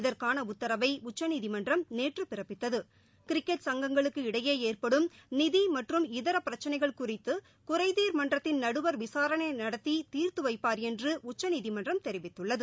இதற்கான உத்தரவை உச்சநீதிமன்றம் நேற்று பிறப்பித்தது கிரிக்கெட் சங்கங்களுக்கு இடையே ஏற்படும் நிதி மற்றும் இதர பிரச்சினைகள் குறித்து குறைதீர் மன்றத்தின் நடுவர் விசாரணை நடத்தி தீர்த்துவைப்பார் என்று உச்சநீதிமன்றம் தெரிவித்துள்ளது